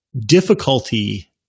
difficulty